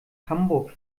hamburg